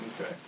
Okay